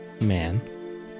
man